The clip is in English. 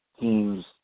teams